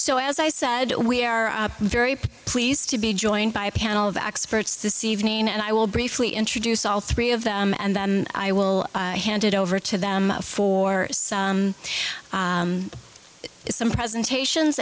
so as i said we are very pleased to be joined by a panel of experts this evening and i will briefly introduce all three of them and then i will hand it over to them for some presentations